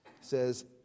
says